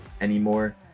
anymore